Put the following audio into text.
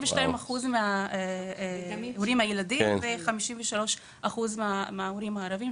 22% מההורים בחברה היהודית ו-53% מההורים בחברה הערבית,